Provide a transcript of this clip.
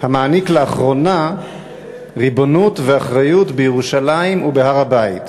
המעניק לאחרונה ריבונות ואחריות בירושלים ובהר-הבית.